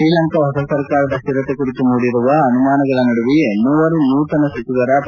ಶ್ರೀಲಂಕಾ ಹೊಸ ಸರ್ಕಾರದ ಶ್ಲಿರತೆ ಕುರಿತು ಮೂಡಿರುವ ಅನುಮಾನಗಳ ನಡುವೆಯೇ ಮೂವರು ನೂತನ ಸಚಿವರ ಪ್ರಮಾಣ ವಜನ